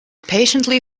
patiently